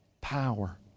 power